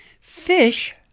Fish